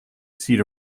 seat